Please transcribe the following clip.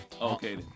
Okay